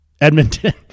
Edmonton